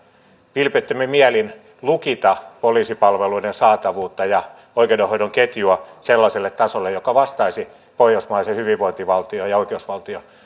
vilpittömin mielin lukita poliisipalveluiden saatavuutta ja oikeudenhoidon ketjua sellaiselle tasolle joka vastaisi pohjoismaisen hyvinvointivaltion ja ja oikeusvaltion